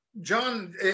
John